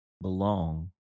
belong